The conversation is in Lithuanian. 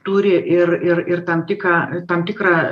turi ir ir ir tam tikrą tam tikrą